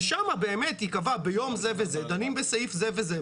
ושם באמת ייקבע ביום זה וזה דנים בסעיף זה וזה.